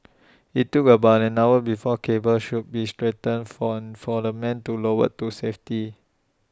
IT took about an hour before cables should be straightened form for the man to lowered to safety